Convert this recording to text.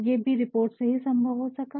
ये भी रिपोर्ट से ही संभव हो सका होगा